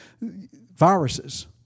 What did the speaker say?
viruses